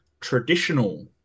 traditional